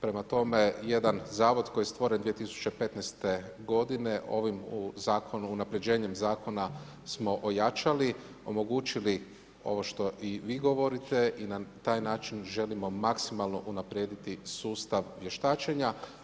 Prema tome, jedan zavod koji je stvoren 2015. godine ovim zakonom, unapređenjem zakona smo ojačali, omogućili ovo što i vi govorite i na taj način želimo maksimalno unaprijediti sustav vještačenja.